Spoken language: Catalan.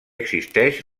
existeix